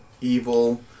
evil